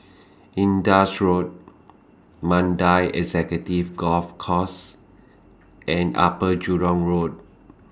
Indus Road Mandai Executive Golf Course and Upper Jurong Road